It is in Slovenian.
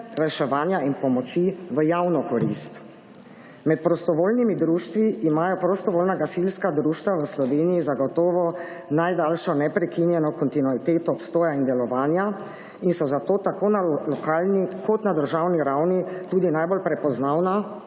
reševanja in pomoči v javno korist. Med prostovoljnimi društvi imajo prostovoljna gasilska društva v Sloveniji zagotovo najdaljšo neprekinjeno kontinuiteto obstoja in delovanja in so zato tako na lokalni kot na državni ravni tudi najbolj prepoznavna